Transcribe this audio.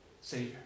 Savior